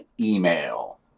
email